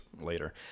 later